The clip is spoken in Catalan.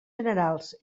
generals